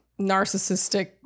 narcissistic